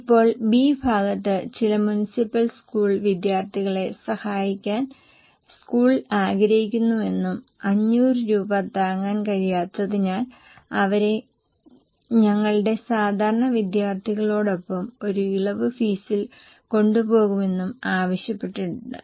ഇപ്പോൾ ബി ഭാഗത്ത് ചില മുനിസിപ്പൽ സ്കൂൾ വിദ്യാർത്ഥികളെ സഹായിക്കാൻ സ്കൂൾ ആഗ്രഹിക്കുന്നുവെന്നും 500 രൂപ താങ്ങാൻ കഴിയാത്തതിനാൽ അവരെ ഞങ്ങളുടെ സാധാരണ വിദ്യാർത്ഥികളോടൊപ്പം ഒരു ഇളവ് ഫീസിൽ കൊണ്ടുപോകുമെന്നും ആവശ്യപ്പെട്ടിട്ടുണ്ട്